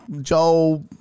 Joel